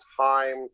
time